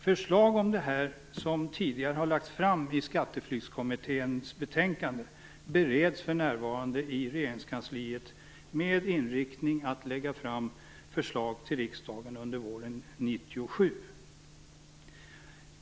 Förslag om det här, som tidigare har lagts fram i Skatteflyktskommitténs betänkande, bereds för närvarande i regeringskansliet, och målet är att förslag skall läggas fram i riksdagen under våren 1997.